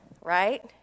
right